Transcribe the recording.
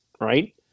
right